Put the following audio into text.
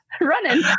running